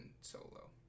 solo